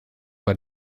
bei